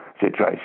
situation